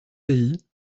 pays